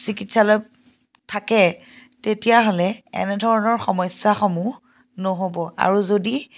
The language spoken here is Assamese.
চিকিৎসালয় থাকে তেতিয়াহ'লে এনেধৰণৰ সমস্যাসমূহ নহ'ব আৰু যদি